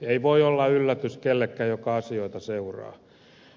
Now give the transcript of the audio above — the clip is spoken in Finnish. ei voi olla yllätys kenellekään joka asioita seuraa